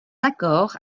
accord